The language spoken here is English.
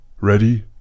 Ready